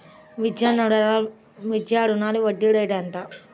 విద్యా రుణానికి వడ్డీ రేటు ఎంత?